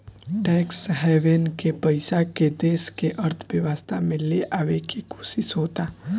tax haven के पइसा के देश के अर्थव्यवस्था में ले आवे के कोशिस होता